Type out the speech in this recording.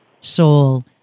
soul